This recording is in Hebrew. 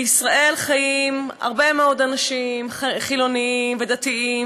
בישראל חיים הרבה מאוד אנשים חילונים ודתיים